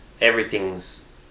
everything's